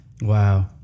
Wow